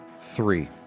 three